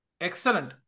excellent